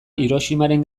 hiroshimaren